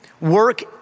Work